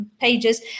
pages